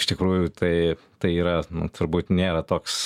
iš tikrųjų tai tai yra nu turbūt nėra toks